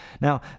Now